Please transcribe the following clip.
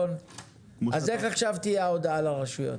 אז איך עכשיו תהיה ההודעה לרשויות?